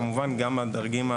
כמובן גם השר,